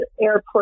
airport